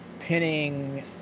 pinning